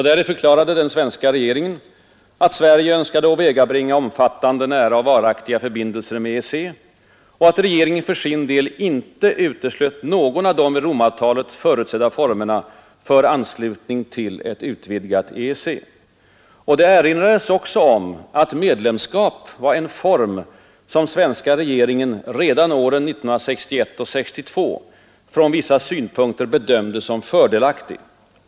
Däri förklarade den svenska regeringen, att Sverige önskade ”åvägabringa omfattande, nära och varaktiga förbindelser med EEC och att regeringen för sin del icke uteslöt någon av de i Romavtalet förutsedda formerna för anslutning till ett utvidgat EEC”. Och det erinrades också om att medlemskap var en form, som svenska regeringen redan åren 1961—1962 ”från vissa synpunkter bedömde som fördelaktig”.